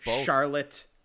Charlotte